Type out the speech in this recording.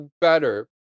better